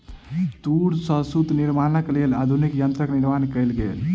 तूर सॅ सूत निर्माणक लेल आधुनिक यंत्रक निर्माण कयल गेल